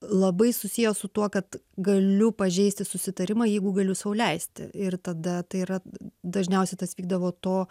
labai susiję su tuo kad galiu pažeisti susitarimą jeigu galiu sau leisti ir tada tai yra dažniausia tas vykdavo to